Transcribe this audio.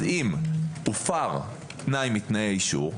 אז אם הופר תנאי מתנאי האישור,